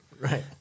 Right